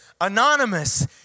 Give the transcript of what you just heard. anonymous